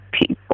people